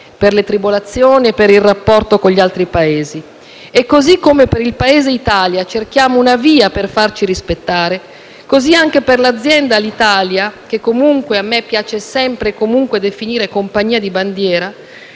per le tribolazioni e per il rapporto con gli altri Paesi. E, come per il Paese Italia cerchiamo una via per farci rispettare, così anche per l'azienda Alitalia - che a me piace sempre e comunque definire compagnia di bandiera